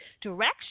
direction